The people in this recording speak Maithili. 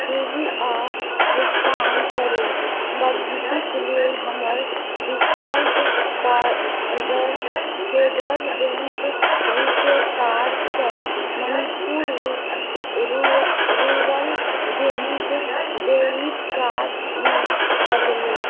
छूबि आ भुगतान करू पद्धतिक लेल हमर default card Federal Bank RuPay card सॅ Manipur Rural Bank debit card मे बदलू